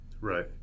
Right